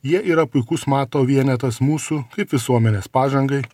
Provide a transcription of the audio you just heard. jie yra puikus mato vienetas mūsų kaip visuomenės pažangai